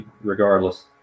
regardless